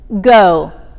go